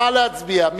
נא להצביע.